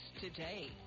today